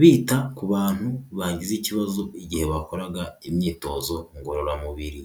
bita ku bantu bagize ikibazo igihe bakoraga imyitozo ngororamubiri.